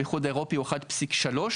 באיחוד האירופי הוא 1.3,